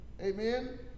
Amen